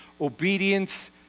Obedience